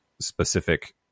specific